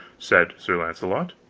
said sir launcelot,